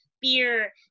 beer